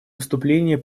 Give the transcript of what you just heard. выступление